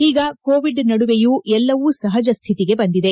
ಈಗ ಕೋವಿಡ್ ನಡುವೆಯೂ ಎಲ್ಲವೂ ಸಹಜ ಸ್ಥಿತಿಗೆ ಬಂದಿದೆ